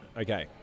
Okay